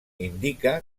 indica